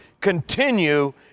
continue